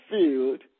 field